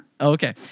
Okay